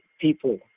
people